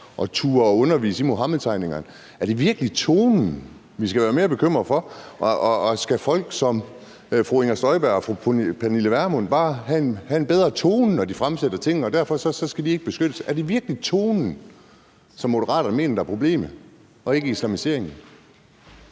at turde undervise i Muhammedtegningerne? Er det virkelig tonen, vi skal være mere bekymrede for? Og skal folk som fru Inger Støjberg og fru Pernille Vermund bare have en bedre tone, når de fremsætter tingene, og derfor skal de ikke beskyttes? Er det virkelig tonen, som Moderaterne mener er problemet, og ikke islamiseringen?